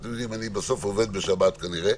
אתם יודעים, אני בסוף עובד בשבת כנראה,